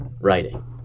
writing